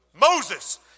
Moses